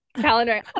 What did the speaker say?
calendar